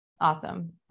Awesome